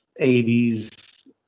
80s